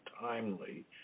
timely